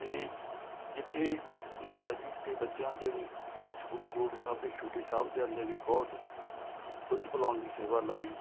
ਅਤੇ ਜਿੱਥੇ ਮਾਤਾ ਜੀ ਅਤੇ ਬੱਚਿਆਂ ਦੇ ਗੁਰੂ ਗੋਬਿੰਦ ਸਾਹਿਬ ਦੇ ਛੋਟੇ ਸਾਹਿਬਜ਼ਾਦਿਆਂ ਦੀ ਬਹੁਤ ਦੁੱਧ ਪਿਲਾਉਣ ਦੀ ਸੇਵਾ ਲਾਈ